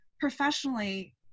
professionally